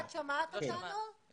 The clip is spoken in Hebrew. אני